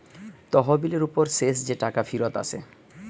তহবিলের উপর শেষ যে টাকা ফিরত আসে